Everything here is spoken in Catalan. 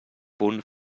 punt